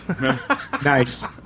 Nice